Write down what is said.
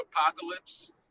apocalypse